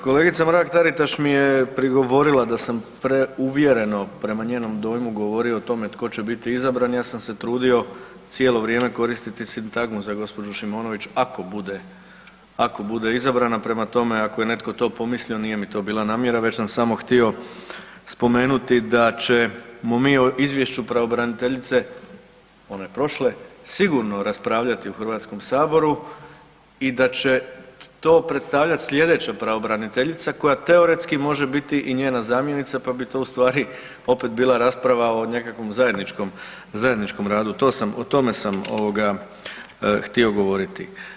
Kolegica Mrak-Taritaš mi je prigovorila da sam preuvjereno prema njenom dojmu govorio o tome tko će biti izabran, ja sam se trudio cijelo vrijeme koristiti sintagmu za gđu. Šimonović, ako bude izabrana, prema tome, ako je netko to pomislio, nije mi to bila namjera već sam samo htio spomenuti da ćemo mi o izvješću pravobraniteljice, one prošle, sigurno raspravljati u Hrvatskom saboru i da će to predstavljati slijedeće pravobraniteljica koja teoretski može biti i njena zamjenica pa to u stvari opet bila rasprava o nekakvom zajedničkom radu, o tome sam htio govoriti.